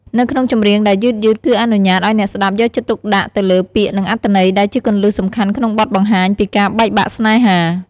នៅក្នុងចម្រៀងដែលយឺតៗគឺអនុញ្ញាតឲ្យអ្នកស្តាប់យកចិត្តទុកដាក់ទៅលើ ពាក្យ និងអត្ថន័យ ដែលជាគន្លឹះសំខាន់ក្នុងបទបង្ហាញពីការបែកបាក់ស្នេហា។